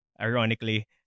Ironically